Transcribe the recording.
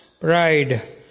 pride